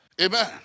Amen